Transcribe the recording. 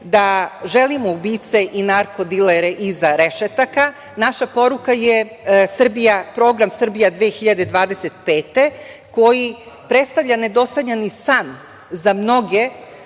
da želimo ubice i narko-dilere iza rešetaka. Naša poruka je program „Srbija 2025“ koji predstavlja ne dosanjani san za mnoge